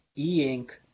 e-ink